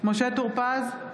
משה טור פז,